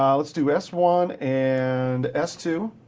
um let's do s one and s two.